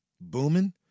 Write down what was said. booming